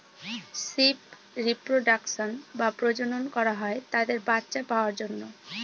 sheep reproduction বা প্রজনন করা হয় তাদের বাচ্চা পাওয়ার জন্য